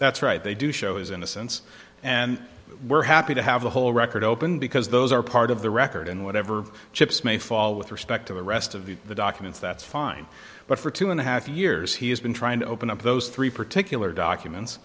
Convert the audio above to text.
that's right they do show his innocence and we're happy to have the whole record open because those are part of the record and whatever chips may fall with respect to the rest of the documents that's fine but for two and a half years he has been trying to open up those three particular documents